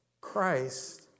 Christ